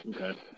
Okay